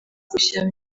gushyiramo